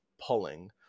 pulling